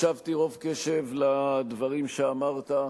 הקשבתי ברוב קשב לדברים שאמרת,